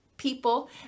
people